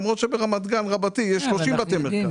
למרות שברמת גן רבתי יש 30 בתי מרקחת.